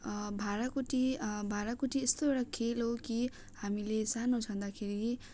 भाँडाकुटी भाँडाकुटी यस्तो एउटा खेल हो कि हामीले सानो छँदाखेरि